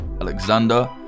Alexander